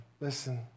Listen